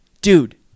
dude